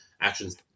actions